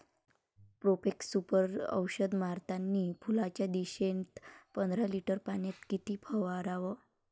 Profex Super औषध मारतानी फुलाच्या दशेत पंदरा लिटर पाण्यात किती फवाराव?